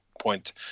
point